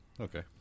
okay